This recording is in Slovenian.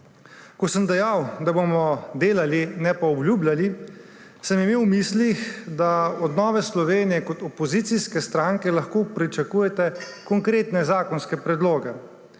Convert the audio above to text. Ko sem dejal, da bomo delali, ne pa obljubljali, sem imel v mislih, da od Nove Slovenije kot opozicijske stranke lahko pričakujete konkretne zakonske predloge.